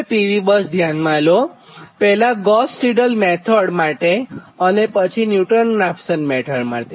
હવે PV બસ ધ્યાનમાં લો પહેલા ગોસ સિડલ મેથડ માટે અને પછી ન્યુટન રાપ્સન મેથડ માટે